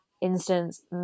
instance